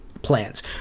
plans